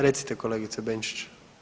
Recite kolegice Benčić.